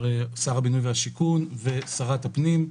שר הבינוי והשיכון ושרת הפנים.